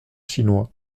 chinois